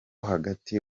hagati